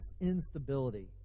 instability